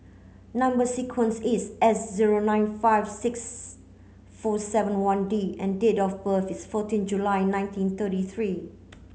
number sequence is S zero nine five six four seven one D and date of birth is fourteen July nineteen thirty three